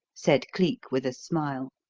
said cleek, with a smile.